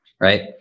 right